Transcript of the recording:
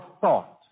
thought